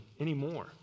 anymore